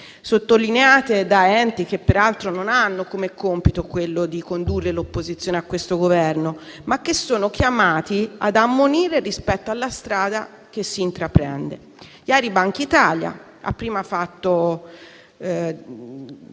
sottolineate da enti che peraltro non hanno come compito quello di condurre l'opposizione a questo Governo, ma che sono chiamati ad ammonire rispetto alla strada che si intraprende. Ieri Bankitalia ha prima fatto